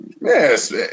Yes